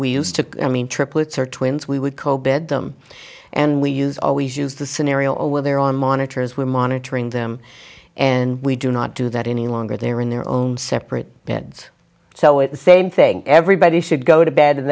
we used to i mean triplets or twins we would call bed them and we use always use the scenario over there on monitors we're monitoring them and we do not do that any longer they are in their own separate beds so at the same thing everybody should go to bed in